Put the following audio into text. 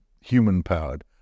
human-powered